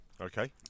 Okay